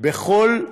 בכל לשון